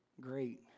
great